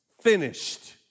finished